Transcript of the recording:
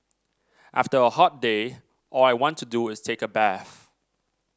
after a hot day all I want to do is take a bath